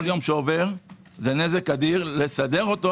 כל יום שעובר, זה נזק אדיר לסדר אותו.